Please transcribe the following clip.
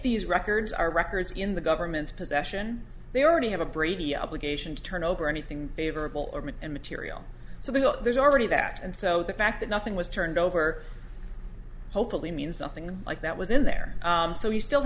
these records are records in the government's possession they already have a brady obligation to turn over anything favorable ormont and material so they go there's already that and so the fact that nothing was turned over hopefully means nothing like that was in there so you still